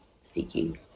seeking